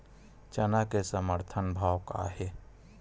चना के समर्थन भाव का हे?